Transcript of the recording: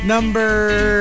Number